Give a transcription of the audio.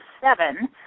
seven